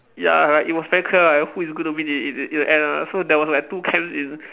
ya like it was very clear like who is going to win in in in the end ah so there was two clans in